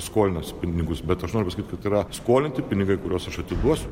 skolinasi pinigus bet aš noriu pasakyt kad tai yra skolinti pinigai kuriuos aš atiduosiu